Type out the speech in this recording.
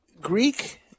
Greek